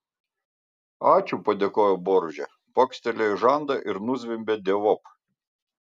ačiū padėkojo boružė pakštelėjo į žandą ir nuzvimbė dievop